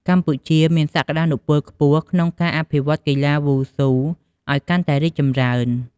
កម្ពុជាមានសក្ដានុពលខ្ពស់ក្នុងការអភិវឌ្ឍន៍កីឡាវ៉ូស៊ូឲ្យកាន់តែរីកចម្រើន។